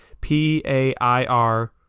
P-A-I-R